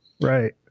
Right